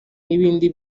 n’ibindi